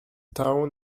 town